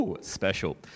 Special